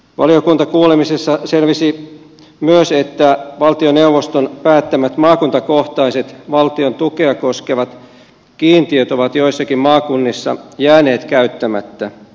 valiokuntakuulemisessa selvisi myös että valtioneuvoston päättämät maakuntakohtaiset valtion tukea koskevat kiintiöt ovat joissakin maakunnissa jääneet käyttämättä